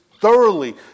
thoroughly